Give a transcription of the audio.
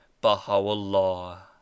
Baha'u'llah